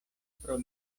pro